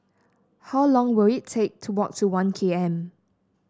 how long will it take to walk to One K M